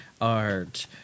art